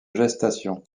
gestation